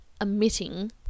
emitting